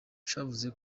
cavuze